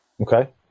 Okay